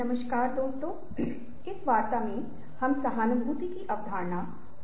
नमस्ते दोस्तों इस सत्र में हम "वार्तालाप" के बारे में बात करने जा रहे हैं